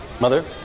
mother